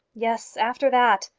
yes after that.